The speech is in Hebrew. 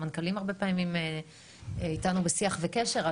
המנכ"לים הרבה פעמים איתנו בשיח וקשר.